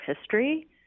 history